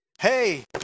hey